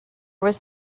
was